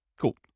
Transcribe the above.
Cool